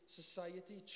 society